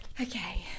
Okay